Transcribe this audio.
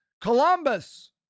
Columbus